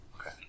Okay